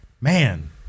man